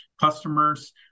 customers